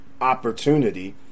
opportunity